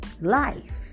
Life